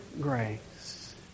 grace